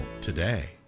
today